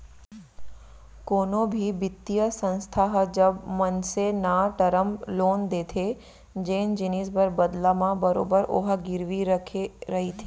कोनो भी बित्तीय संस्था ह जब मनसे न टरम लोन देथे जेन जिनिस बर बदला म बरोबर ओहा गिरवी रखे रहिथे